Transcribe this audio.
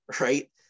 right